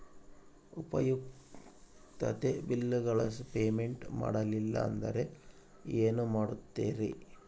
ಉಪಯುಕ್ತತೆ ಬಿಲ್ಲುಗಳ ಪೇಮೆಂಟ್ ಮಾಡಲಿಲ್ಲ ಅಂದರೆ ಏನು ಮಾಡುತ್ತೇರಿ?